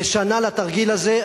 ושנה לתרגיל הזה,